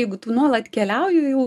jeigu tu nuolat keliauju jau